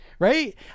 right